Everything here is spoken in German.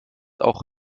auch